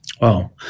Wow